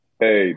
Hey